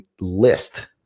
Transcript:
list